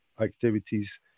activities